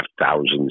thousands